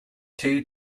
two